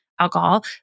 alcohol